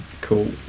Cool